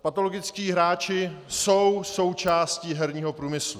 Patologičtí hráči jsou součástí herního průmyslu.